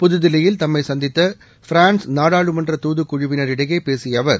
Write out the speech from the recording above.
புதுதில்லியில் தம்மை சந்தித்த பிரான்ஸ் நாடாளுமன்றத் தூதுக் குழுவினர் இடையே பேசிய அவர்